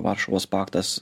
varšuvos paktas